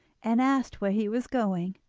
and asked where he was going,